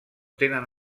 tenen